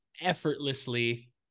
effortlessly